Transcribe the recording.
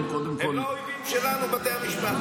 הם לא האויבים שלנו בתי המשפט.